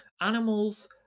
animals